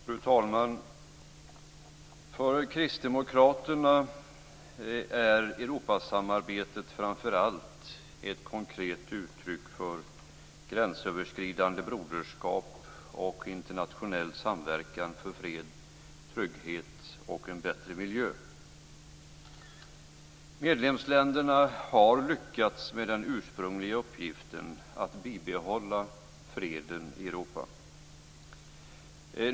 Fru talman! För kristdemokraterna är Europasamarbetet framför allt ett konkret uttryck för gränsöverskridande broderskap och internationell samverkan för fred, trygghet och en bättre miljö. Medlemsländerna har lyckats med den ursprungliga uppgiften att bibehålla freden i Europa.